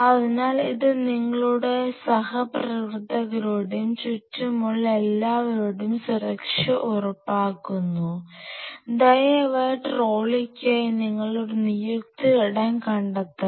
അതിനാൽ ഇത് നിങ്ങളുടെയും സഹപ്രവർത്തകരുടെയും ചുറ്റുമുള്ള എല്ലാവരുടെയും സുരക്ഷ ഉറപ്പാക്കുന്നു ദയവായി ട്രോളിക്കായി നിങ്ങൾ ഒരു നിയുക്ത ഇടം കണ്ടെത്തണം